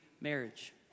marriage